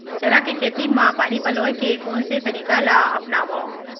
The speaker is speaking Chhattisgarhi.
चना के खेती म पानी पलोय के कोन से तरीका ला अपनावव?